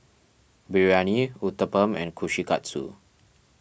Biryani Uthapam and Kushikatsu